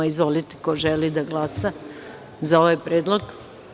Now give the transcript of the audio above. Izvolite, ko želi da glasa za ovaj predlog.